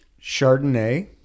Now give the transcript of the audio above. Chardonnay